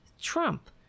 Trump